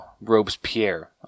Robespierre